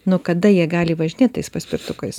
nuo kada jie gali važinėt tais paspirtukais